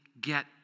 get